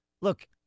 look